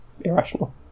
irrational